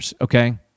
okay